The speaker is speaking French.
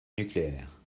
nucléaire